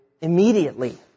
immediately